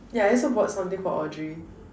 ya I also bought something for Audrey